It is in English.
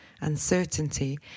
uncertainty